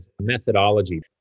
methodology